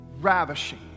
ravishing